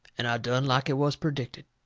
and i done like it was perdicted.